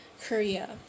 Korea